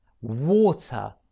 water